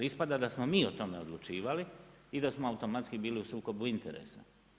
Ispada da smo mi o tome odlučivali i da smo automatski bili u sukobu interesa.